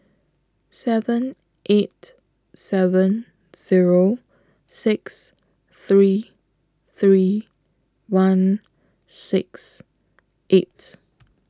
seven eight seven Zero six three three one six eight